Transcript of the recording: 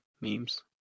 memes